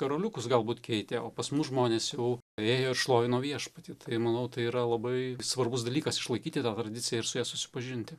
karoliukus galbūt keitė o pas mus žmonės jau ėjo ir šlovino viešpatį tai manau tai yra labai svarbus dalykas išlaikyti tą tradiciją ir su ja susipažinti